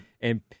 and-